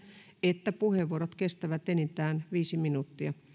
että puheenvuorot kestävät enintään viisi minuuttia